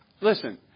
listen